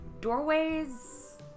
doorways